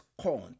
corn